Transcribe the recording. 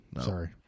sorry